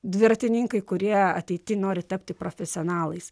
dviratininkai kurie ateity nori tapti profesionalais